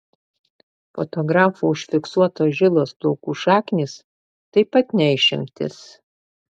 fotografų užfiksuotos žilos plaukų šaknys taip pat ne išimtis